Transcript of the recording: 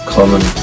Common